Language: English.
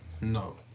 no